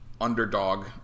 underdog